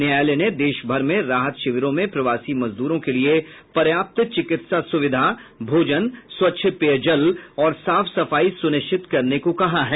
न्यायालय ने देशभर में राहत शिविरों में प्रवासी मजदूरों के लिए प्रर्याप्त चिकित्सा सुविधा भोजन स्वच्छ पेय जल और साफ सफाई सुनिश्चित करने को कहा है